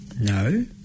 No